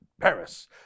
Paris